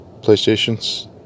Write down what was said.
PlayStation's